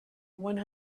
one